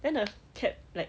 then a cap like